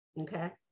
okay